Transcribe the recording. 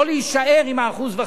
לא להישאר עם ה-1.5%.